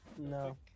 No